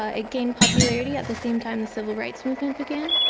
ah it gained popularity at the same time the civil rights movement began.